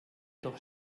doch